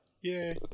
Yay